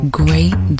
great